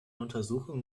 untersuchung